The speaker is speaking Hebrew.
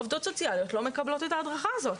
עובדות סוציאליות לא מקבלות את ההדרכה הזו.